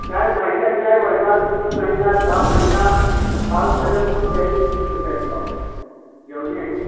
नै महीना के नहीं ओय मा तीन महीना छः महीना साल भर में तुम जैसे सुविधा पाउ जोने